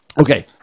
Okay